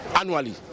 annually